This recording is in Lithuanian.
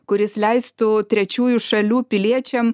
kuris leistų trečiųjų šalių piliečiam